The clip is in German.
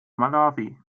malawi